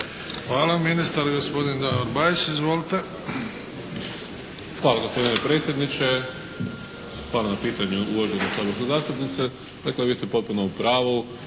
Hvala. Ministar gospodin Bajs izvolite. **Bajs, Damir (HSS)** Hvala gospodine predsjedniče. Hvala na pitanju uvažena saborska zastupnice. Dakle vi ste potpuno u pravu.